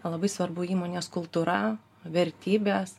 labai svarbu įmonės kultūra vertybės